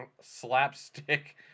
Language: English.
slapstick